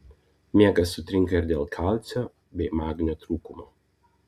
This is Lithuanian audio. miegas sutrinka ir dėl kalcio bei magnio trūkumo